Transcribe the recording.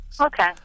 Okay